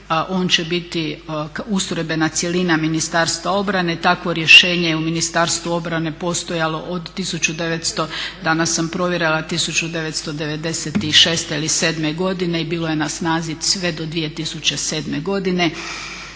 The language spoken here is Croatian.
On će biti ustrojbena cjelina Ministarstva obrane. Takvo rješenje u Ministarstvu obrane je postojalo od 1900. danas sam provjerila 1996. ili sedme godine i bilo je na snazi sve do 2007. godine.